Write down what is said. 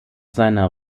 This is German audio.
seiner